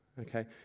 okay